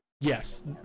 Yes